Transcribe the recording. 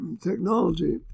Technology